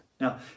Now